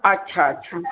अच्छा अच्छा